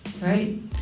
right